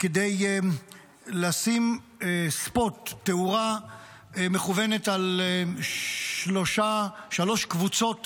כדי לשים ספוט, תאורה מכוונת, על שלוש קבוצות